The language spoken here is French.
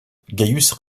gaius